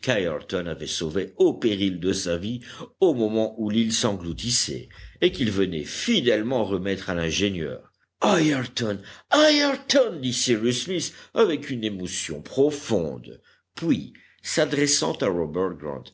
qu'ayrton avait sauvé au péril de sa vie au moment où l'île s'engloutissait et qu'il venait fidèlement remettre à l'ingénieur ayrton ayrton dit cyrus smith avec une émotion profonde puis s'adressant à robert